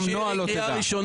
שירי, קריאה ראשונה.